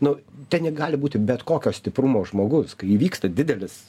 nu ten negali būti bet kokio stiprumo žmogus kai įvyksta didelis